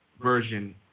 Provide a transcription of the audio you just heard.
version